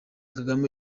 kagame